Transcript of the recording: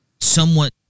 somewhat